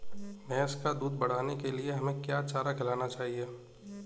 भैंस का दूध बढ़ाने के लिए हमें क्या चारा खिलाना चाहिए?